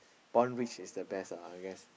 born rich is the best ah I guess